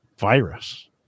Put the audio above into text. virus